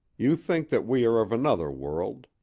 you think that we are of another world.